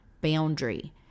boundary